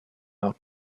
out